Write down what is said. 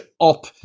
up